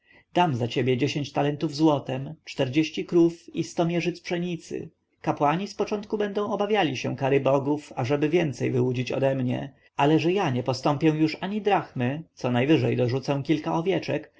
dam za ciebie dziesięć talentów złotem czterdzieści krów i sto mierzyc pszenicy kapłani z początku będą obawiali się kary bogów ażeby więcej wyłudzić ode mnie ale że ja nie postąpię już ani drachmy co najwyżej dorzucę kilka owieczek